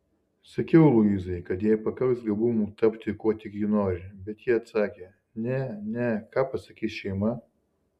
sakiau luizai kad jai pakaks gabumų tapti kuo tik ji nori bet ji atsakė ne ne ką pasakys šeima